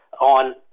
on